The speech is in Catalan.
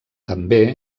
també